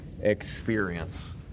experience